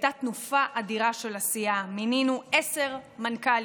הייתה תנופה אדירה של הסיעה, מינינו עשר מנכ"ליות.